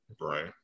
Right